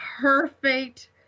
perfect